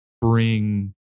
bring